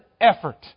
effort